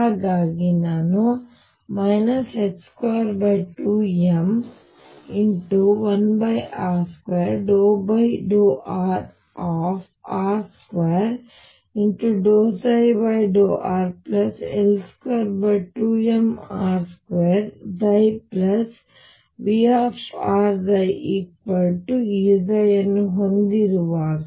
ಹಾಗಾಗಿ ನಾನು 22m1r2∂r r2∂rL22mr2VrE ಅನ್ನು ಹೊಂದಿರುವಾಗ